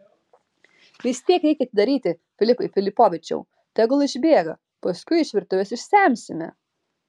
vis tiek reikia atidaryti filipai filipovičiau tegul išbėga paskui iš virtuvės išsemsime